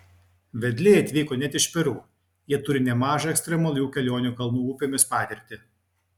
vedliai atvyko net iš peru jie turi nemažą ekstremalių kelionių kalnų upėmis patirtį